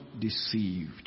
deceived